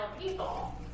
people